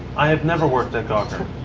i had never worked at gawker.